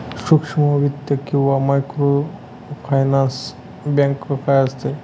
सूक्ष्म वित्त किंवा मायक्रोफायनान्स बँक काय असते?